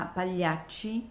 Pagliacci